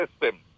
system